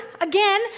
again